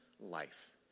life